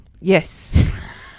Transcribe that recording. Yes